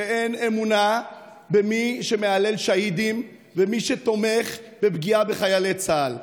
שאין אמונה במי שמהלל שהידים ומי שתומך בפגיעה בחיילי צה"ל.